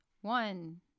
one